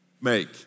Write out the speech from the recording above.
make